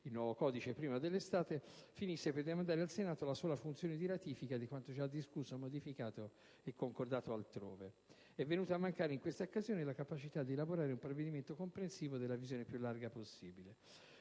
il nuovo codice prima dell'estate finisse per demandare al Senato la sola funzione di ratifica di quanto già discusso, modificato e concordato altrove. È venuta a mancare in quest'occasione la capacità di elaborare un provvedimento comprensivo della visione più larga possibile.